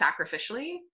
sacrificially